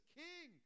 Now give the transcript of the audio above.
king